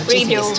Radio